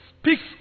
speaks